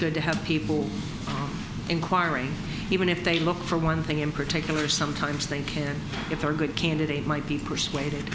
good to have people inquiry even if they look for one thing in particular sometimes they care if they're a good candidate might be persuaded